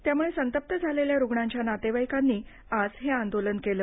त्यामुळे संतप्प झालेल्या रुग्णांच्या नातेवाईकांनी आज हे आंदोलन केलं